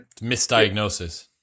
misdiagnosis